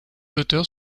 auteurs